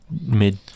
mid